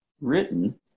written